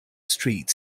street